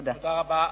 תודה רבה.